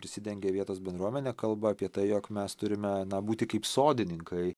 prisidengia vietos bendruomene kalba apie tai jog mes turime na būti kaip sodininkai